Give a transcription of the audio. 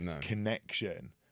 connection